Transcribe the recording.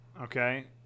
Okay